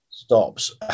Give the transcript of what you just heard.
stops